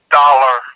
dollar